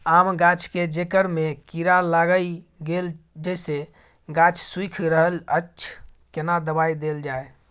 आम गाछ के जेकर में कीरा लाईग गेल जेसे गाछ सुइख रहल अएछ केना दवाई देल जाए?